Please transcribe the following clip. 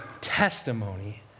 testimony